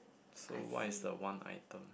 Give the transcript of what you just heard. so what is the one item